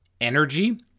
energy